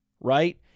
right